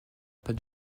pas